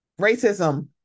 racism